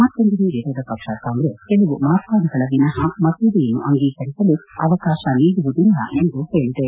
ಮತ್ತೊಂದೆಡೆ ವಿರೋಧ ಪಕ್ಷ ಕಾಂಗ್ರೆಸ್ ಕೆಲವು ಮಾರ್ಪಾಡುಗಳ ವಿನಃ ಮಸೂದೆಯನ್ನು ಅಂಗೀಕರಿಸಲು ಅವಕಾಶ ನೀಡುವುದಿಲ್ಲ ಎಂದು ಹೇಳಿದೆ